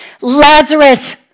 Lazarus